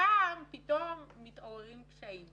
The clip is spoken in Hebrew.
הפעם, פתאום מתעוררים קשיים.